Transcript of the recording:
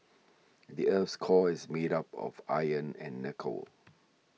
the earth's core is made up of iron and nickel